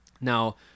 Now